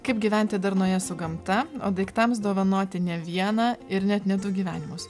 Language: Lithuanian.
kaip gyventi darnoje su gamta o daiktams dovanoti ne vieną ir net ne du gyvenimus